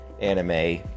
anime